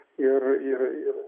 ir ir ir